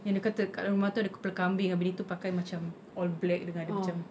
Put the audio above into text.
yang dia kata kat rumah tu ada kepala kambing abeh dia tu pakai macam all black dengan dia macam